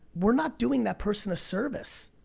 we're not doing that person a service.